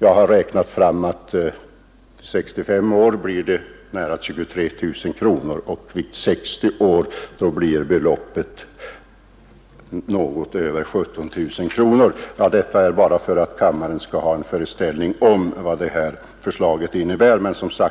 Jag har räknat ut att pensionen vid 65 år blir nära 23 000 kronor och vid 63 år något över 17 000 kronor. Jag har anfört detta bara för att kammaren skall ha en föreställning om vad förslaget innebär, men jag skall som